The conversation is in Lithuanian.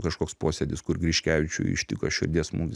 kažkoks posėdis kur griškevičiui ištiko širdies smūgis